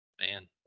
Man